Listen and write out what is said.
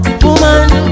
woman